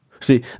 See